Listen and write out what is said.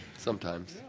sometimes,